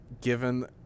given